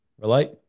relate